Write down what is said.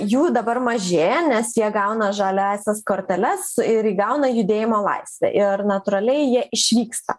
jų dabar mažėja nes jie gauna žaliąsias korteles ir įgauna judėjimo laisvę ir natūraliai jie išvyksta